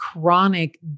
chronic